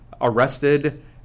arrested